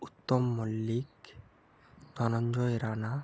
Uttam Mallick Dhananjay Rana